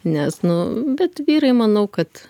nes nu bet vyrai manau kad